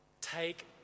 take